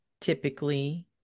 typically